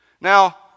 Now